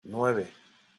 nueve